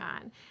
on